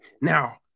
Now